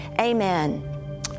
Amen